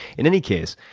in any case,